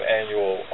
annual